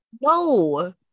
No